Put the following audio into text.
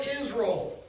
Israel